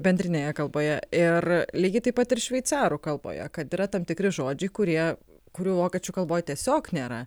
bendrinėje kalboje ir lygiai taip pat ir šveicarų kalboje kad yra tam tikri žodžiai kurie kurių vokiečių kalboj tiesiog nėra